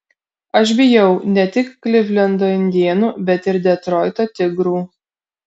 aš bijau ne tik klivlendo indėnų bet ir detroito tigrų